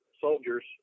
soldiers